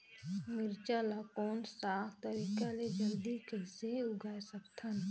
मिरचा ला कोन सा तरीका ले जल्दी कइसे उगाय सकथन?